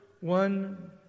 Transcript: one